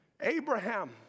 Abraham